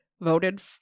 voted